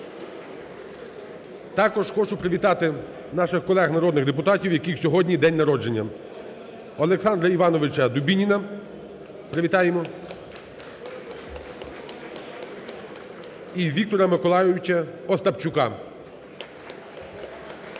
Також хочу привітати наших колег народних депутатів, у яких сьогодні день народження. Олександра Івановича Дубініна привітаємо і Віктора Миколайовича Остапчука.